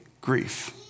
grief